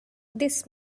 this